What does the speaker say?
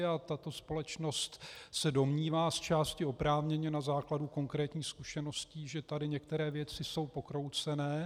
A tato společnost se domnívá zčásti oprávněně na základě konkrétních zkušeností, že tady některé věci jsou pokroucené.